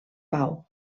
pau